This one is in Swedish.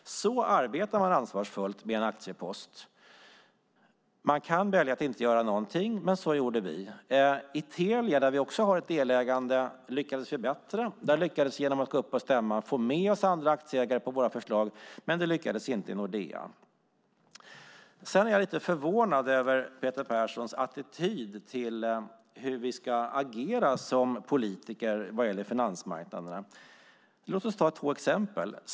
Så arbetar man ansvarsfullt med en aktiepost. Man kan välja att inte göra någonting. Men så här gjorde vi. I Telia, där vi också har ett delägande, lyckades vi bättre. Där lyckades vi genom att gå upp på stämman få med oss andra aktieägare på våra förslag, men det lyckades inte i Nordea. Sedan är jag lite förvånad över Peter Perssons attityd till hur vi ska agera som politiker vad gäller finansmarknaderna. Låt oss ta två exempel!